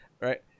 right